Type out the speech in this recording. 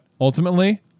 ultimately